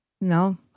No